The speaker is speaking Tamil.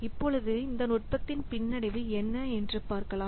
இப்பொழுது இந்த நுட்பத்தின் பின்னடைவு என்ன என்று பார்க்கலாம்